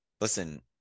listen